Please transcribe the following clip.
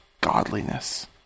godliness